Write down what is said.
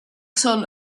son